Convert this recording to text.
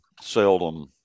seldom